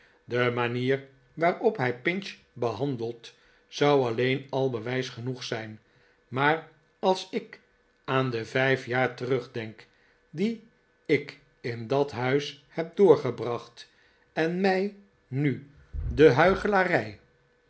de manier waarop hij pinch behandelt zou alleen al bewijs genoeg zijn maar als ik aan de vijf jaar terugdenk die ik in dat huis heb doorgebracht en mij nu de